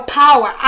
power